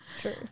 True